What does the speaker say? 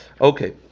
Okay